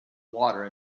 water